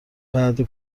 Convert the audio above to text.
بعده